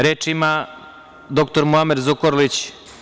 Reč ima dr Muamer Zukorlić.